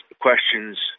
questions